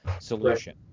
solution